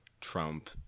trump